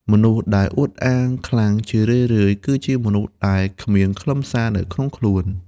មនុស្សដែលអួតអាងខ្លាំង ជារឿយៗគឺជាមនុស្សដែលគ្មានខ្លឹមសារនៅក្នុងខ្លួន។